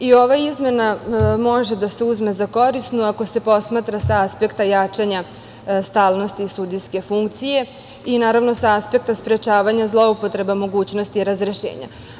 I ova izmena može da se uzme za korisnu ako se posmatra sa aspekta jačanja stalnosti sudijske funkcije i, naravno, sa aspekta sprečavanja zloupotreba mogućnosti razrešenja.